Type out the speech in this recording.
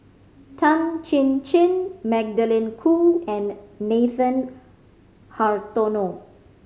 Tan Chin Chin Magdalene Khoo and Nathan Hartono